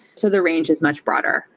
so the range is much broader,